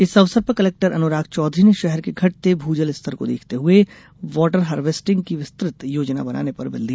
इस अवसर पर कलेक्टर अनुराग चौधरी ने शहर के घटते भूजल स्तर को देखते हुए वाटर हार्वेस्टिगं की विस्तृत योजना बनाने पर बल दिया